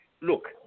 look